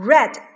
Red